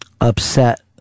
upset